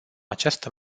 această